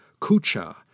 Kucha